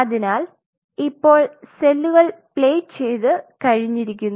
അതിനാൽ ഇപ്പോൾ സെല്ലുകൾ പ്ലേറ്റ് ചെയ്തു കഴിഞ്ഞിരിക്കുന്നു